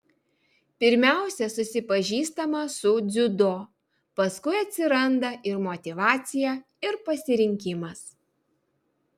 pirmiausia susipažįstama su dziudo paskui atsiranda ir motyvacija ir pasirinkimas